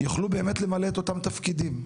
יוכלו באמת למלא את אותם תפקידים.